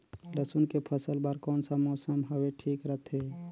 लसुन के फसल बार कोन सा मौसम हवे ठीक रथे?